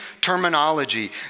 terminology